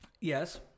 Yes